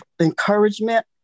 encouragement